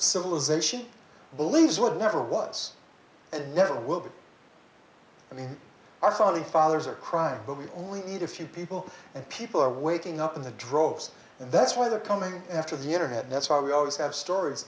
civilization believes what never was and never will be i mean our founding fathers are crying but we only need a few people and people are waking up in the droves and that's why they're coming after the internet and that's why we always have stories